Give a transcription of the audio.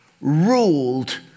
ruled